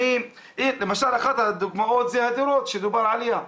למשל אחת הדוגמאות זה הדירות שדובר עליהן.